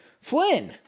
Flynn